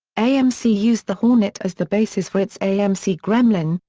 amc used the hornet as the basis for its amc gremlin,